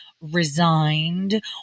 resigned